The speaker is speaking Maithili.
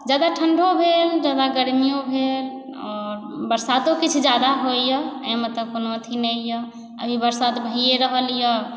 ज्यादा ठण्डो भेल गर्मिओ भेल आओर बरसातो किछु ज्यादा होइए एहिमे तऽ कोनो अथी नहि यऽ अभी वर्षा तऽ भइए रहल यऽ